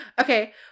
Okay